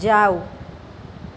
જાવ